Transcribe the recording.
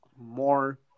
more